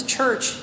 church